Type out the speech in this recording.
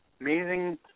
Amazing